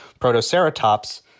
Protoceratops